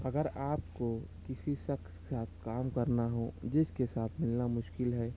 اگر آپ کو کسی شخص کے ساتھ کام کرنا ہو جس کے ساتھ ملنا مشکل ہے